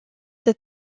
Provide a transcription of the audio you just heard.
that